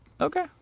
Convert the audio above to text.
Okay